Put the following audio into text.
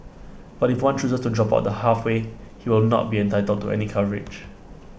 but if one chooses to drop out the halfway he will not be entitled to any coverage